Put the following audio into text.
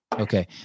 Okay